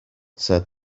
said